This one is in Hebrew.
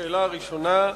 השאלה הראשונה: